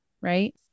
right